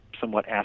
somewhat